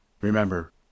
Remember